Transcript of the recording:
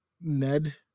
Ned